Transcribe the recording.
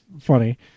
funny